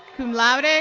cum laude, ah